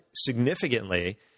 significantly